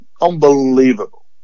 Unbelievable